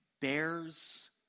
bears